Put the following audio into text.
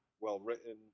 well-written